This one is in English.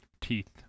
Teeth